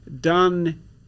done